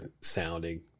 sounding